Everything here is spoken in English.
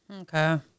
Okay